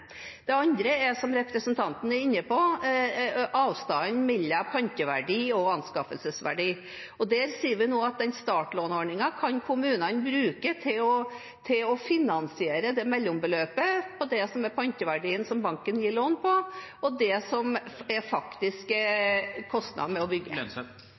Det andre er, som representanten er inne på, avstanden mellom panteverdi og anskaffelsesverdi. Der sier vi nå at kommunene kan bruke startlånordningen til å finansiere beløpet mellom panteverdien som banken gir lån på, og de faktiske kostnadene med å bygge. Jeg er